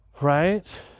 right